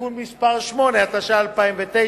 (תיקון מס' 8), התש"ע 2009,